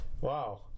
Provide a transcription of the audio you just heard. Wow